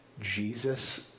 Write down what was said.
Jesus